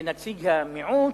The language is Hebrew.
כנציג המיעוט,